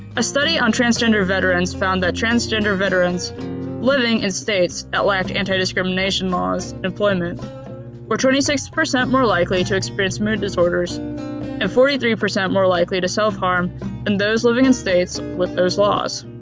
a study on transgender veterans found that transgender veterans living in states that lacked antidiscrimination laws employment were twenty-six percent more likely to experience mood disorders and forty-three percent more likely to self-harm than and those living in states with those laws.